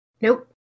Nope